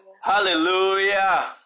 Hallelujah